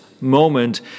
moment